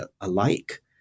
alike